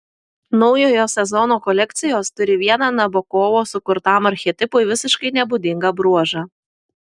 naujojo sezono kolekcijos turi vieną nabokovo sukurtam archetipui visiškai nebūdingą bruožą